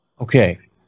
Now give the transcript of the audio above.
Okay